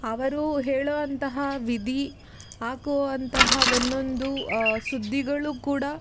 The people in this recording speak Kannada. ಅವರು ಹೇಳುವಂತಹ ವಿದಿ ಹಾಕುವಂತಹ ಒಂದೊಂದು ಸುದ್ದಿಗಳು ಕೂಡ